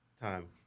time